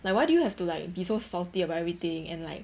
like why do you have to like be so salty about everything and like